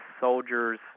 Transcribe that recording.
soldiers